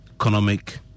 economic